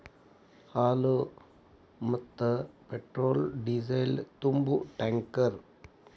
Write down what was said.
ಹಾಲ, ಮತ್ತ petrol diesel ತುಂಬು ಟ್ಯಾಂಕರ್